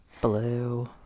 Blue